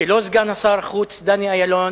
שלא סגן שר החוץ דני אילון,